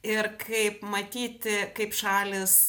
ir kaip matyti kaip šalys